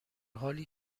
حالی